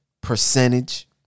percentage